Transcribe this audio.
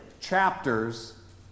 chapters